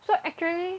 so actually